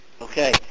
Okay